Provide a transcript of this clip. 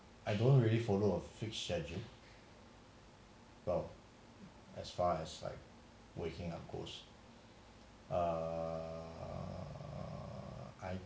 I don't really follow a fixed schedule but as far as like waking up goes err